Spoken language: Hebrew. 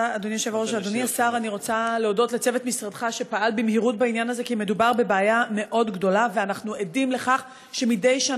בדיעבד, איכותם בהיותם בדיעבד, והם